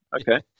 Okay